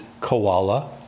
Koala